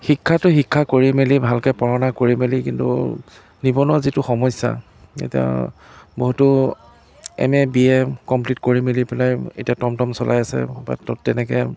শিক্ষাটো শিক্ষা কৰি মেলি ভালকৈ পঢ়া শুনা কৰি মেলি কিন্তু নিৱনুৱা যিটো সমস্যা এতিয়া বহুতো M A B A complete কৰি মেলি পেলাই এতিয়া টম টম চলাই আছে তেনেকৈ